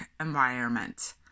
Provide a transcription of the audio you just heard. environment